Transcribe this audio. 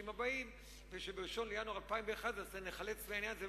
הבאים ושב-1 בינואר 2011 ניחלץ מן העניין הזה,